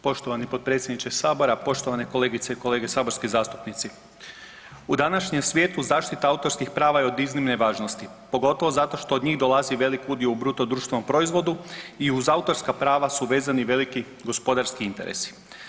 Poštovani potpredsjedniče sabora, poštovane kolegice i kolege saborski zastupnici, u današnjem svijetu zaštita autorskih prava je od iznimne važnosti pogotovo zato što od njih dolazi veliki udio u bruto društvenom proizvodu i uz autorska prava su vezani veliki gospodarski interesi.